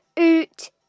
oot